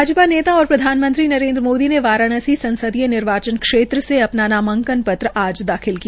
भाजपा नेता और प्रधानमंत्री नरेन्द्र मोदी ने वाराण्सी संसदीय निर्वाचन क्षेत्र से अपना नामांकन पत्र दाखिल किया